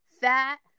fat